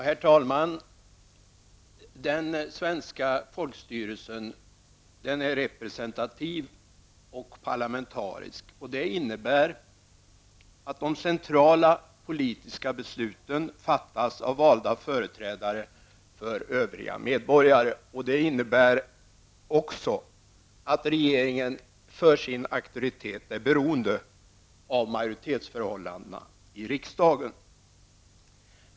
Herr talman! Den svenska folkstyrelsen är representativ och parlamentarisk. Det innebär att de centrala politiska besluten fattas av valda företrädare för övriga medborgare. Det innebär också att regeringen för sin auktoritet är beroende av majoritetsförhållandena i riksdagen.